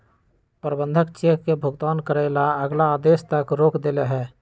प्रबंधक चेक के भुगतान करे ला अगला आदेश तक रोक देलई ह